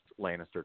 Lannister